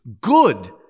good